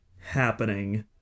happening